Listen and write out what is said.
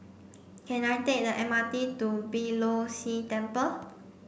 can I take the M R T to Beeh Low See Temple